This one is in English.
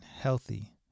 healthy